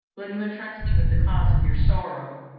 will you entrust me with the cause of your sorrow,